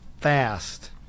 fast